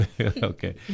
Okay